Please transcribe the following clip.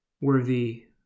worthy